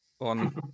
on